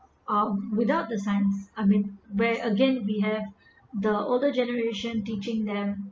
uh without the science I mean were again be the older generation teaching them